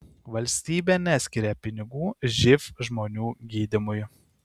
valstybė neskiria pinigų živ žmonių gydymui